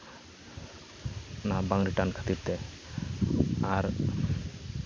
ᱚᱱᱟ ᱵᱟᱝ ᱨᱤᱴᱟᱨᱱ ᱠᱷᱟᱹᱛᱤᱨ ᱛᱮ ᱟᱨ